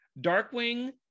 Darkwing